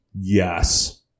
Yes